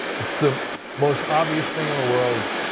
it's the most obvious thing in the world,